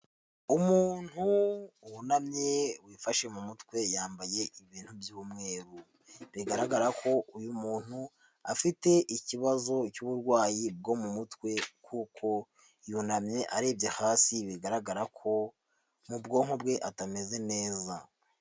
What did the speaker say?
Umuntu wunamye wifashe mu mutwe yambaye ibintu by'umweru, bigaragara ko uyu muntu afite ikibazo cy'uburwayi bwo mu mutwe kuko yunamye arebye hasi bigaragara ko mu bwonko bwe atameze neza.